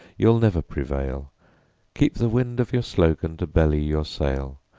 you'll never prevail keep the wind of your slogan to belly your sail,